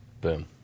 Boom